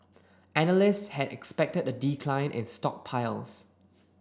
analysts had expected a decline in stockpiles